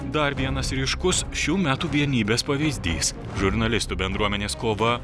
dar vienas ryškus šių metų vienybės pavyzdys žurnalistų bendruomenės kova